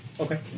Okay